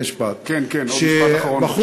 כן כן, עוד משפט אחרון בבקשה.